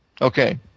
Okay